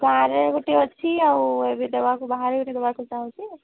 ଗାଁରେ ଗୋଟେ ଅଛି ଅଉ ଏବେ ଦେବାକୁ ବାହାରେ ଗୋଟେ ଦବାକୁ ଚାହୁଁଛି